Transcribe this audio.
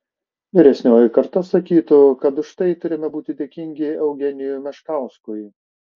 vyresnioji karta sakytų kad už tai turime būti dėkingi eugenijui meškauskui